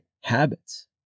habits